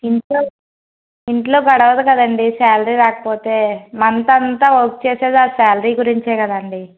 ఇంట్లో ఇంట్లో గడవదు కదండి శాలరీ రాకపోతే మంత్ అంతా వర్క్ చేసేది ఆ శాలరీ గురించే కదండి